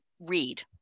read